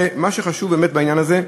ומה שחשוב באמת בעניין הזה,